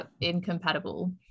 incompatible